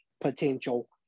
potential